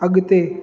अगि॒ते